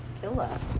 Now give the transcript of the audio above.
Killa